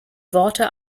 worte